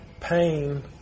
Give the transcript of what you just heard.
pain